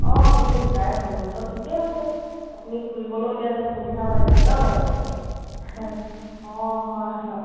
অঁ আপুনি ৰিটায়াৰ হ'ল ত' ঠিকে হৈছে আপুনি ফুৰিবলৈও এতিয়া তেনে সুবিধা পাইছে ন বাইদেউ অঁ হয় হয়